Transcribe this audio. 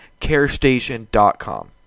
carestation.com